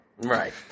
Right